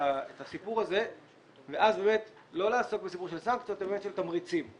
הסיפור הזה ואז באמת לא לעסוק בסיפור של סנקציות אלא של תמריצים.